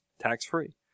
tax-free